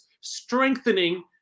strengthening